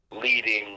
leading